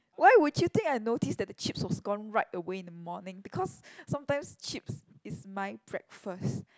why would you think I notice that the chips was gone right away in the morning because sometimes chips is my breakfast